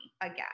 again